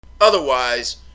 Otherwise